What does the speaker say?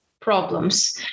problems